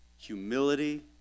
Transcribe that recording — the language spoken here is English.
humility